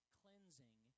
cleansing